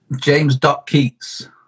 James.Keats